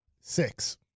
Six